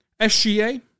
SGA